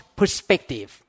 perspective